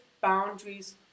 boundaries